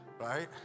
Right